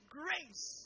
grace